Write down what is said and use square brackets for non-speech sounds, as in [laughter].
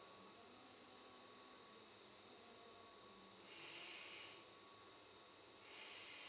[breath]